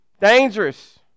Dangerous